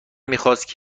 میخواست